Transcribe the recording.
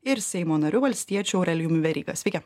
ir seimo nariu valstiečiu aurelijum veryga sveiki